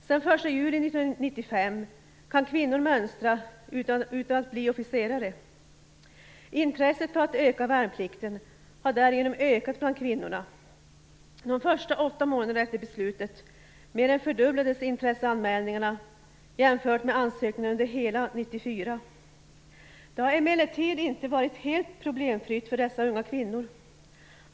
Sedan den 1 juli 1995 kan kvinnor mönstra utan att bli officerare. Intresset för att göra värnplikten har därigenom ökat bland kvinnorna. De första åtta månaderna efter beslutet mer än fördubblades intresseanmälningarna jämfört med ansökningarna under hela 1994. Det har emellertid inte varit helt problemfritt för dessa unga kvinnor.